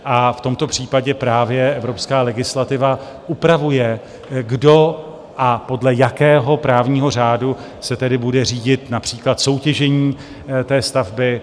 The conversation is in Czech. V tomto případě právě evropská legislativa upravuje, kdo a podle jakého právního řádu se tedy bude řídit například soutěžení té stavby.